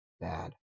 bad